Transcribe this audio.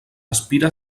aspira